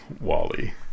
Wally